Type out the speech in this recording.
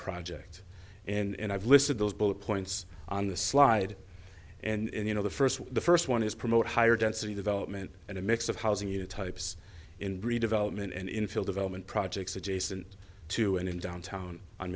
project and i've listed those bullet points on the slide and you know the first the first one is promote higher density development and a mix of housing you types in redevelopment and in field development projects adjacent to and in downtown on